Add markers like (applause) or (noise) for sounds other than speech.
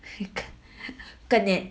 (laughs) 跟你